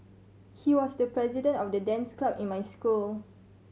he was the president of the dance club in my school